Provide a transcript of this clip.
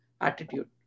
attitude